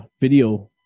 video